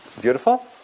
beautiful